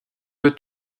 eux